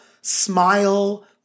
smile